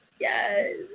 yes